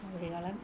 കോഴികളും